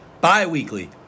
bi-weekly